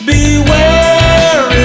Beware